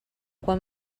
quan